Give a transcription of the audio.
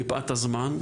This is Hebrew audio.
מפאת הזמן,